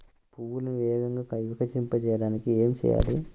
పువ్వులను వేగంగా వికసింపచేయటానికి ఏమి చేయాలి?